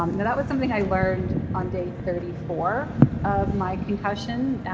um and that was something i learned on day thirty four of my concussion,